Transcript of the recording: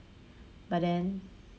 but then